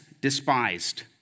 despised